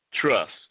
trust